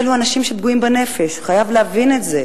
אלו אנשים שהם פגועים בנפש, חייבים להבין את זה.